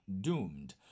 Doomed